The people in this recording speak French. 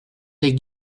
des